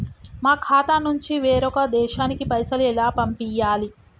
మా ఖాతా నుంచి వేరొక దేశానికి పైసలు ఎలా పంపియ్యాలి?